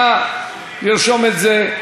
נא לרשום את זה.